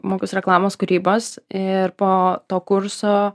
mokiaus reklamos kūrybos ir po to kurso